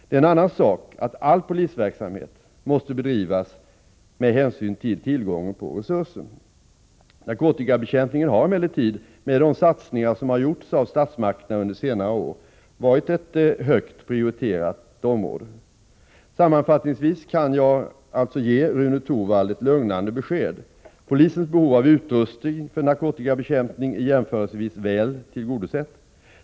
Det är en annan sak att all polisverksamhet måste bedrivas med hänsyn till tillgången på resurser. Narkotikabekämpningen har emellertid — med de satsningar som har gjorts av statsmakterna under senare år — varit ett högt prioriterat område. Sammanfattningsvis kan jag alltså ge Rune Torwald ett lugnande besked. Polisens behov av utrustning för narkotikabekämpning är jämförelsevis väl tillgodosett.